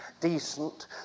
decent